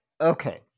okay